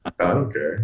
okay